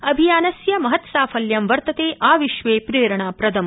अभियानस्य महत्साफल्यं वर्तते आविश्वे प्रेरणाप्रदम्